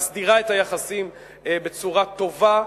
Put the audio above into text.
מסדירה את היחסים בצורה טובה.